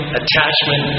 attachment